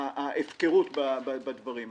ההפקרות בדברים האלה.